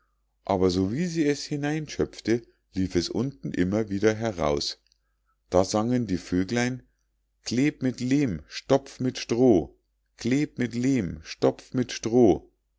aber sowie sie es oben hineinschöpfte lief es unten immer wieder heraus da sangen die vöglein kleb mit lehm stopf mit stroh kleb mit lehm stopf mit stroh